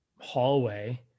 hallway